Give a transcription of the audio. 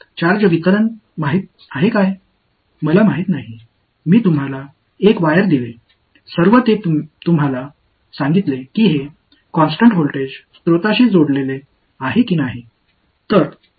ஆனால் சார்ஜ் விநியோகம் எனக்கு உண்மையில் தெரியாது ஒரு நிலையான மின்னழுத்த மூலத்துடன் இணைக்கப்பட்டுள்ள ஒரு கம்பியை கொடுத்தேன்